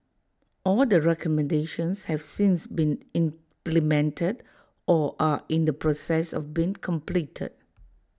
all the recommendations have since been implemented or are in the process of being completed